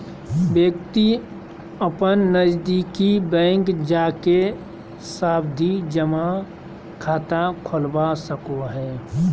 व्यक्ति अपन नजदीकी बैंक जाके सावधि जमा खाता खोलवा सको हय